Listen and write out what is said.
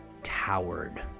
towered